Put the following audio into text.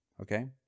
Okay